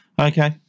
Okay